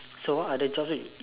so what other jobs